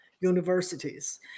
universities